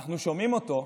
אנחנו שומעים אותו,